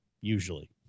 usually